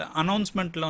announcement